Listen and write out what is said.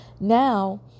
Now